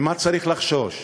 ממה צריך לחשוש?